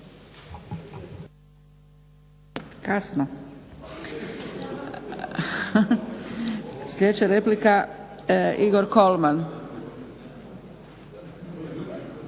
(SDP)** Sljedeća replika Igor Kolman.